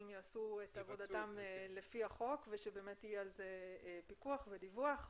יעשו את עבודתם לפי החוק ושיהיה על זה פיקוח ודיווח.